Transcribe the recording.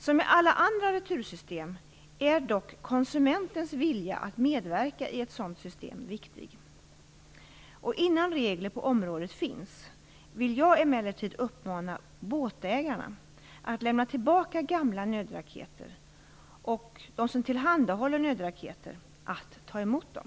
Som i alla andra retursystem är dock konsumentens vilja att medverka i ett sådant system viktig. Innan regler på området finns vill jag emellertid uppmana båtägarna att lämna tillbaka gamla nödraketer och de som tillhandahåller nödraketer att ta emot dem.